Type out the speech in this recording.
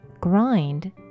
Grind